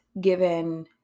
given